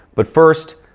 but first,